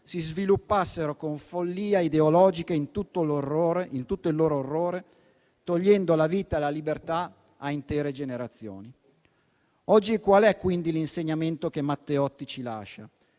si sviluppassero con follia ideologica in tutto il loro orrore, togliendo la vita e la libertà a intere generazioni. Oggi qual è quindi l'insegnamento che Matteotti ci lascia?